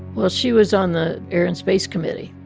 well, she was on the air and space committee,